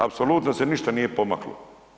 Apsolutno se ništa nije pomaklo.